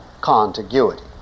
contiguity